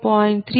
2 j2